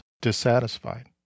dissatisfied